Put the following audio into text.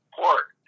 port